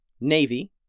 Navy